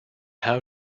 how